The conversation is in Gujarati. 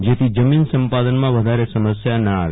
જેથી જમીન સંપાદનમાં વધારે સમસ્યા ન આવે